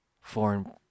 foreign